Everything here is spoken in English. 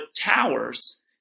towers